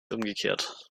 umgekehrt